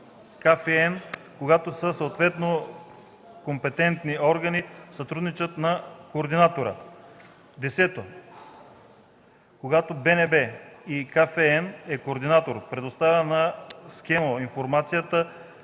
КФН, когато са съответни компетентни органи, сътрудничат на координатора. (10) Когато БНБ или КФН е координатор, предоставя на СКЕНО информацията,